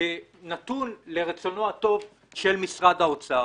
נתון לרצונו הטוב של משרד האוצר.